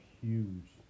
huge